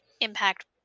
impact